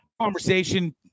conversation